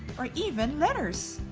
or even letters!